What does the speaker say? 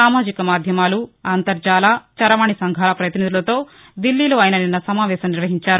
సామాజిక మాధ్యమాలు అంతర్జాల చరవాణీ సంఘాల పతినిధులతో దిల్లీలో ఆయన నిన్న సమావేశం నిర్వహించారు